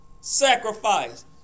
sacrifice